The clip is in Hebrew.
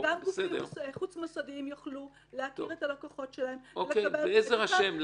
גם גופים חוץ-מוסדיים יוכלו להכיר את הלקוחות שלהם --- בעזר השם,